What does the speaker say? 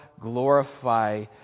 glorify